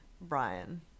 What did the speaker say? brian